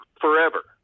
forever